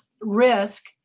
risk